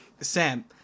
Sam